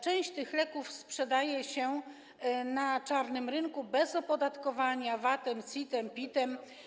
Część tych leków sprzedaje się na czarnym rynku bez opodatkowania VAT-em, CIT-em, PIT-em.